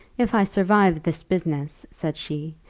if i survive this business, said she,